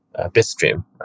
Bitstream